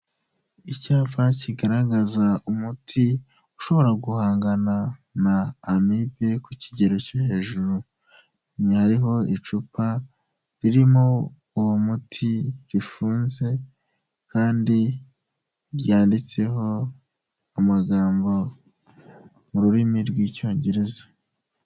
Icyapa kigaragaza umuti ushobora guhangana na amibe ku kigero cyo hejuru. Hariho icupa ririmo uwo muti, rifunze kandi ryanditseho amagambo mu rurimi rw'Icyongereza.